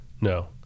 No